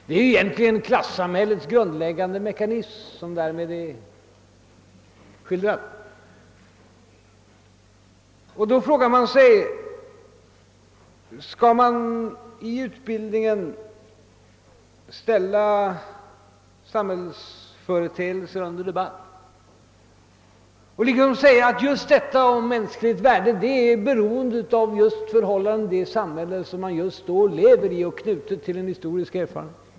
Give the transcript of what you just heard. — Det är egentligen klassamhällets grundläggande mekanism som därmed är skildrad. Då frågar man sig: Skall man i utbildningen ställa samhällsföreteelser under debatt? Vi kan väl säga att just detta med mänskligt värde är beroende av förhållandena i det samhälle där man lever och knutet till en historisk erfarenhet.